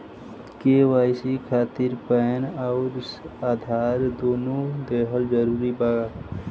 KYC खातिर PAN आउर आधार दुनों देवल जरूरी बा?